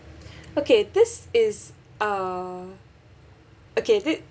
okay this is uh okay this